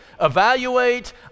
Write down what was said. evaluate